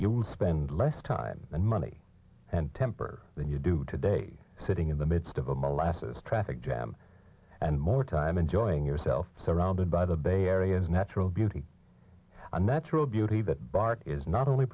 you will spend less time and money and temper than you do today sitting in the midst of a molasses traffic jam and more time enjoying yourself surrounded by the bay area and natural beauty a natural beauty that bart is not only